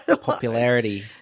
popularity